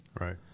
Right